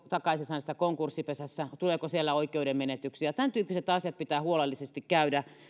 takaisinsaannista konkurssipesässä tuleeko siellä oikeudenmenetyksiä tämäntyyppiset asiat pitää huolellisesti käydä